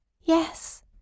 Yes